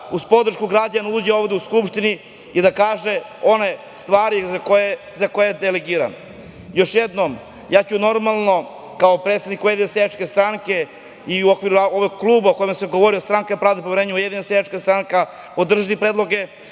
uz podršku građana uđe ovde u Skupštinu i da kaže one stvari za koje je delegiran. Još jednom, ja ću, normalno, kao predsednik Ujedinjene seljačke stranke i u okviru ovog kluba o kojem sam govorio, Stranka pravde i pomirenja – Ujedinjena seljačka stranka, podržati predloge,